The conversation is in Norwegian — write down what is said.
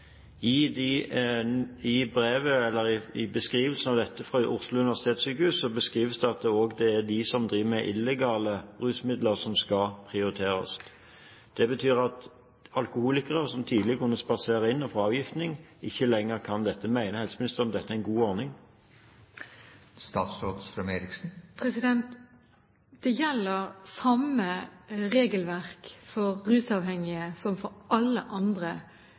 I beskrivelsen av dette fra Oslo universitetssykehus står det at det er de som bruker illegale rusmidler, som skal prioriteres. Det betyr at alkoholikere, som tidligere kunne spasere inn og få avgiftning, ikke lenger kan dette. Mener helseministeren dette er en god ordning? Det samme regelverk gjelder for rusavhengige som for alle andre